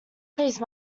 please